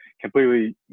completely